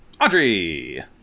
audrey